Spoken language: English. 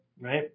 right